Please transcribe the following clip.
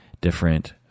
different